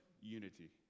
unity